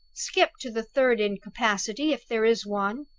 skip to the third incapacity, if there is one.